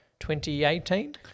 2018